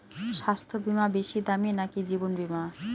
স্বাস্থ্য বীমা বেশী দামী নাকি জীবন বীমা?